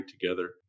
together